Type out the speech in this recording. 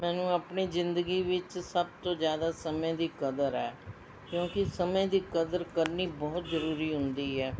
ਮੈਨੂੰ ਆਪਣੀ ਜ਼ਿੰਦਗੀ ਵਿੱਚ ਸਭ ਤੋਂ ਜ਼ਿਆਦਾ ਸਮੇਂ ਦੀ ਕਦਰ ਹੈ ਕਿਉਂਕਿ ਸਮੇਂ ਦੀ ਕਦਰ ਕਰਨੀ ਬਹੁਤ ਜ਼ਰੂਰੀ ਹੁੰਦੀ ਹੈ